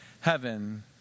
heaven